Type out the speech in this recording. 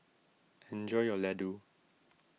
enjoy your Laddu